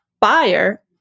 buyer